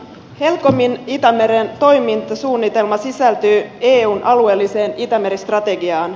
helcomin itämeren toimintasuunnitelma sisältyy eun alueelliseen itämeri strategiaan